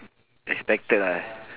expected lah